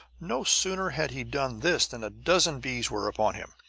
no sooner had he done this than a dozen bees were upon him.